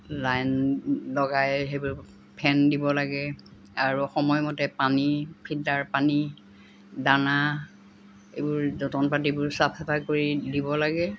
line লগাই সেইবোৰ ফেন দিব লাগে আৰু সময়মতে পানী ফিল্টাৰ পানী দানা এইবোৰ যতন পাতিবোৰ চাফ চাফাই কৰি দিব লাগে